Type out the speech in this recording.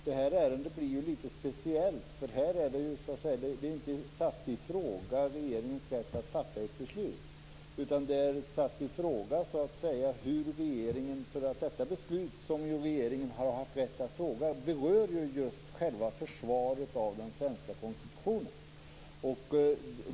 Det här ärendet blir ju litet speciellt för här har det ju inte satts i fråga regeringens rätt att fatta ett beslut. Detta beslut som regeringen har haft rätt att frångå berör just själva försvaret av den svenska konstitutionen.